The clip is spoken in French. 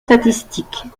statistiques